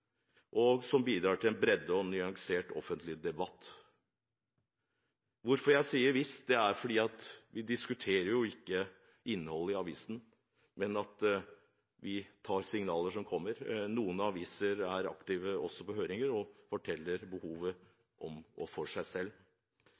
og som bidrar til en bred og nyansert offentlig debatt. Hvorfor sier jeg «visst»? Det er fordi vi ikke diskuterer innholdet i avisen. Men vi tar signaler som kommer. Noen aviser er aktive også på høringer og forteller om behovet